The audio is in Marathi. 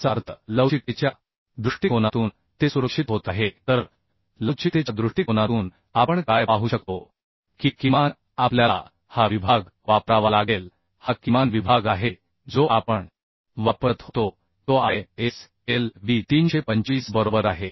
याचा अर्थ लवचिकतेच्या दृष्टिकोनातून ते सुरक्षित होत आहे तर लवचिकतेच्या दृष्टिकोनातून आपण काय पाहू शकतो की किमान आपल्याला हा विभाग वापरावा लागेल हा किमान विभाग आहे जो आपण वापरत होतो तो ISLB 325 बरोबर आहे